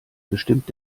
bestimmt